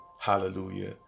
hallelujah